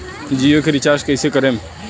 जियो के रीचार्ज कैसे करेम?